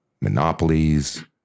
monopolies